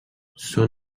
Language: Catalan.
són